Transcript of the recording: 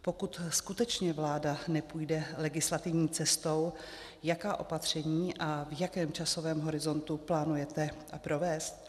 Pokud skutečně vláda nepůjde legislativní cestou, jaká opatření a v jakém časovém horizontu plánujete provést?